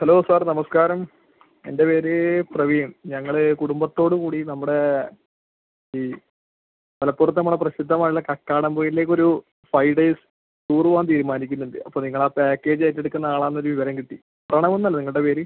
hello sir നമസ്കാരം എൻ്റെ പേര് പ്രവീൺ ഞങ്ങൾ കുടുംബത്തോട് കൂടി നമ്മുടെ ഈ മലപ്പുറത്ത് നമ്മളെ പ്രസിദ്ധമായുള്ള കക്കാടംപൊയിലിലേക്കൊരു ഫൈവ് ഡേയ്സ് ടൂർ പോകാൻ തീരുമാനിക്കുന്നുണ്ട് അപ്പോൾ നിങ്ങൾ ആ പാക്കേജ് ഏറ്റെടുക്കുന്ന ആളാണെന്ന് ഒരു വിവരം കിട്ടി പ്രണവ് എന്നല്ലേ നിങ്ങളുടെ പേര്